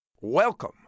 Welcome